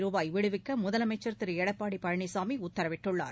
ரூபாய் விடுவிக்க முதலமைச்சர் திரு எடப்பாடி பழனிசாமி உத்தரவிட்டுள்ளார்